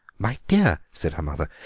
my dear, said her mother,